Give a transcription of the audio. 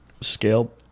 scale